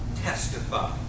testify